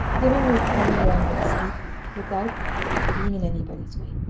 giving me a corner where i might sleep, without being in anybody's way.